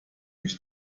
mich